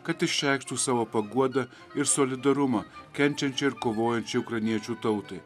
kad išreikštų savo paguodą ir solidarumą kenčiančiai ir kovojančiai ukrainiečių tautai